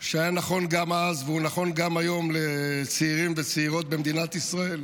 שהיה נכון גם אז והוא נכון גם היום לצעירים וצעירות במדינת ישראל,